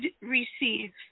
receive